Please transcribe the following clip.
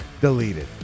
deleted